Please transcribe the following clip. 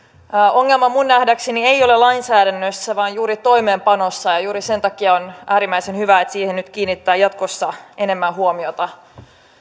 ongelma minun nähdäkseni ei ole lainsäädännössä vaan juuri toimeenpanossa ja ja juuri sen takia on äärimmäisen hyvä että siihen nyt kiinnitetään jatkossa enemmän huomiota